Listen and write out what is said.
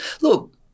Look